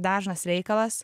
dažnas reikalas